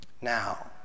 Now